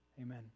Amen